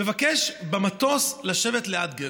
מבקש במטוס לשבת ליד גבר.